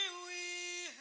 we